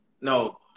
no